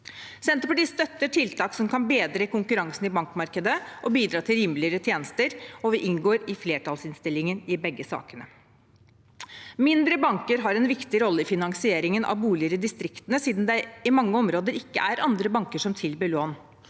Senterpartiet støtter tiltak som kan bedre konkurransen i bankmarkedet og bidra til rimeligere tjenester, og vi inngår i flertallsinnstillingen i begge sakene. Mindre banker har en viktig rolle i finansieringen av boliger i distriktene, siden det i mange områder ikke er andre banker som tilbyr lån.